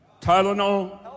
tylenol